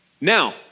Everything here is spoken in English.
Now